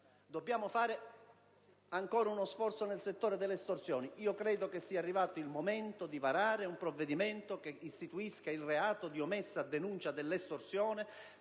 Dobbiamo inoltre fare ancora uno sforzo nel settore delle estorsioni. Credo sia arrivato il momento di varare un provvedimento che istituisca il reato di omessa denuncia dell'estorsione.